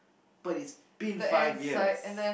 but it's been five years